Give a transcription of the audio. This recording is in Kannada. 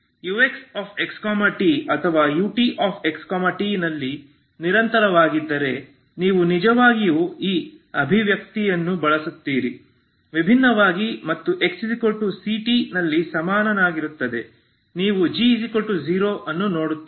uxxtಅಥವಾ utxt ನಲ್ಲಿ ನಿರಂತರವಾಗಿದ್ದರೆ ನೀವು ನಿಜವಾಗಿಯೂ ಈ ಅಭಿವ್ಯಕ್ತಿಯನ್ನು ಬಳಸುತ್ತೀರಿ ವಿಭಿನ್ನವಾಗಿ ಮತ್ತು xct ನಲ್ಲಿ ಸಮನಾಗಿರುತ್ತೀರಿ ನೀವು g00ಅನ್ನು ನೋಡುತ್ತೀರಿ